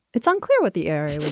it's unclear what the area would